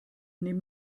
neben